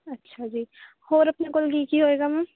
ਅੱਛਾ ਜੀ ਹੋਰ ਆਪਣੇ ਕੋਲ਼ ਕੀ ਕੀ ਹੋਵੇਗਾ ਮੈਮ